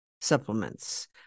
supplements